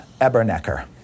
Ebernecker